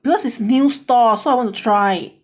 because is new store so I want to try